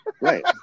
right